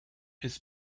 his